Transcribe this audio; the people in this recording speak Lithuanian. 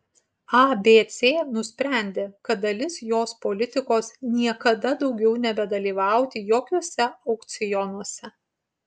abc nusprendė kad dalis jos politikos niekada daugiau nebedalyvauti jokiuose aukcionuose